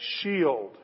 shield